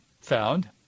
found